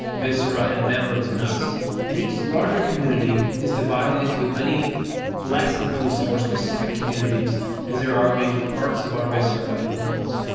viscera, and members in us and each larger community is divided into as many less inclusive or specific communities as there are major parts of our viscera and organs.